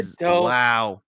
Wow